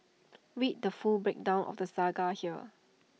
read the full breakdown of the saga here